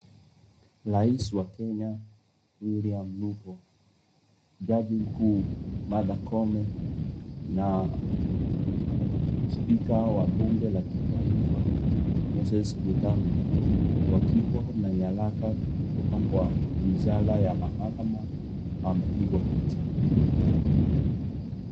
Rais wa Kenya, Wiliam Ruto, Jaji Mkuu, Martha Koome na Spika wa Bunge la kitaifa wakiwa na nyaraka kutoka Wizara ya Mahakama, wamepigwa picha.